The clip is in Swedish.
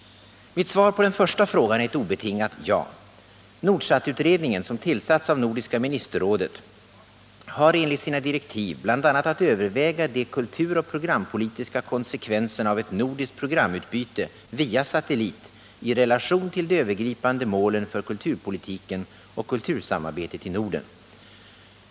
Mitt svar på den första frågan är ett obetingat ja. Nordsatutredningen, som tillsatts av nordiska ministerrådet, har enligt sina direktiv bl.a. att överväga de kulturoch programpolitiska konsekvenserna av ett nordiskt programutbyte via satellit i relation till de övergripande målen för kulturpolitiken och kultursamarbetet i Norden.